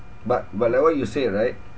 but but like what you say right